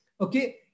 Okay